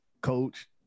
Coach